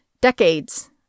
decades